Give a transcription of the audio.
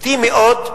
אטי מאוד,